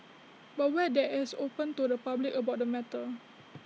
but were they as open to the public about the matter